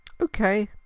Okay